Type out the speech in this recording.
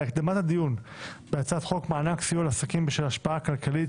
להקדמת הדיון בהצעת חוק מענק סיוע לעסקים בשל ההשפעה הכלכלית